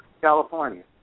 California